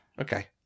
Okay